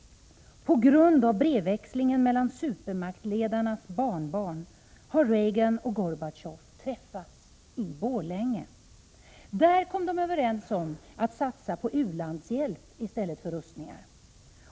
På grund av brevväxlingen mellan supermaktsledarnas barnbarn har Reagan och Gorbatjov träffats i Borlänge. Där kom de överens om att satsa på u-landshjälp i stället för på rustningar.